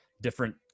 different